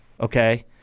Okay